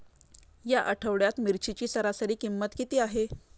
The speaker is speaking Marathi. या आठवड्यात मिरचीची सरासरी किंमत किती आहे?